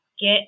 Get